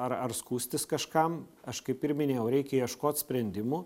ar ar skųstis kažkam aš kaip ir minėjau reikia ieškot sprendimų